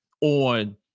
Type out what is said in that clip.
on